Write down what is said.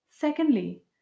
Secondly